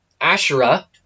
Asherah